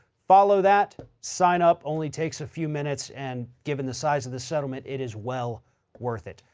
follow that, sign up, only takes a few minutes and given the size of this settlement, it is well worth it.